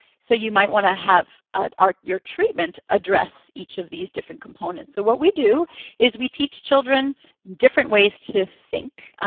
so you might want to have ah your treatment address each of these different components. so what we do is we teach children different ways to think,